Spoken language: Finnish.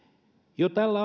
jo tällä